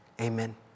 Amen